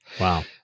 Wow